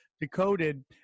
decoded